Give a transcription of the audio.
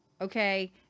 Okay